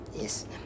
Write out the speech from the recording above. Yes